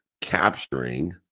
capturing